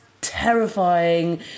terrifying